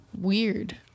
weird